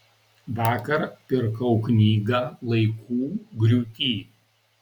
vakar pirkau knygą laikų griūty